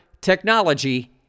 Technology